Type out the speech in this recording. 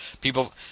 people